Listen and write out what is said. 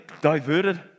diverted